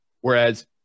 Whereas